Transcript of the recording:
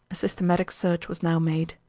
a systematic search was now made.